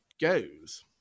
goes